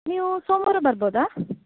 ನೀವು ಸೋಮವಾರ ಬರ್ಬೋದ